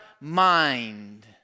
mind